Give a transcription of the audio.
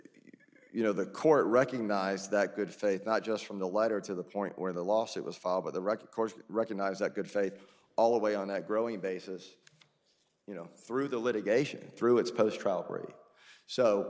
you know the court recognized that good faith not just from the letter to the point where the lawsuit was filed but the wreck of course recognize that good faith all the way on that growing basis you know through the litigation through its post